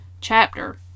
chapter